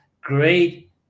great